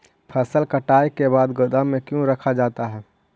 फसल कटाई के बाद गोदाम में क्यों रखा जाता है?